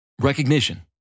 Recognition